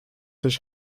sich